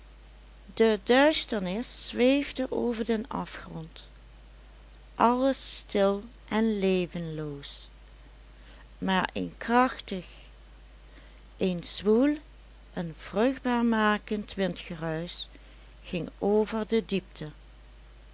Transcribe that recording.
de duisternis zweefde over den afgrond alles stil en levenloos maar een krachtig een zwoel een vruchtbaarmakend windgeruisch ging over de diepte